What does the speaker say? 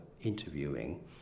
interviewing